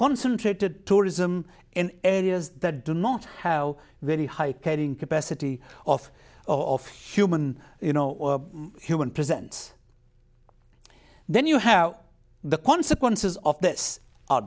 concentrated tourism in areas that do not have very high carrying capacity of of human you know human presents then you have the consequences of this